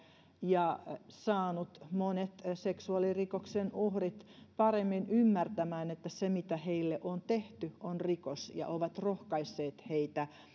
ja saanut monet seksuaalirikoksen uhrit paremmin ymmärtämään että se mitä heille on tehty on rikos ja ovat rohkaisseet heitä